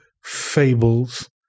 fables